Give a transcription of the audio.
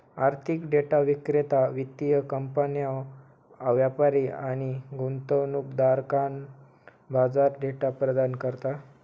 आर्थिक डेटा विक्रेता वित्तीय कंपन्यो, व्यापारी आणि गुंतवणूकदारांका बाजार डेटा प्रदान करता